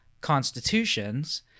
constitutions